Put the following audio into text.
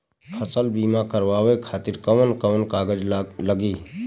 फसल बीमा करावे खातिर कवन कवन कागज लगी?